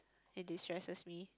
it de stresses me